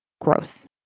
Gross